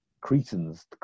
cretans